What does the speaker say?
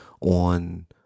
on